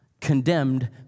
condemned